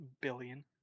billion